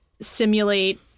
simulate